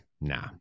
Nah